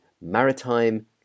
maritime